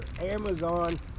Amazon